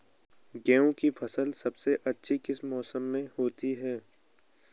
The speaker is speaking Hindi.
गेहूँ की फसल सबसे अच्छी किस मौसम में होती है